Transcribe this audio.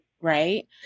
right